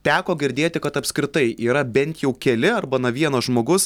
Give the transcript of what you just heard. teko girdėti kad apskritai yra bent jau keli arba na vienas žmogus